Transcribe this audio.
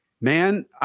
man